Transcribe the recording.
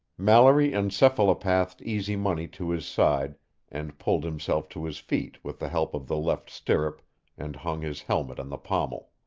mallory encephalopathed easy money to his side and pulled himself to his feet with the help of the left stirrup and hung his helmet on the pommel.